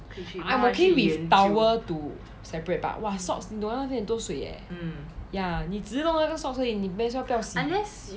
I'm ok with towel to separate but !wah! socks 你懂那边有很多水 eh ya 你只是弄那个 socks 而已你别的不要洗